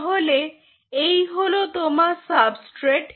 তাহলে এই হল তোমার সাবস্ট্রেট